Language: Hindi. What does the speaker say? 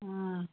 हाँ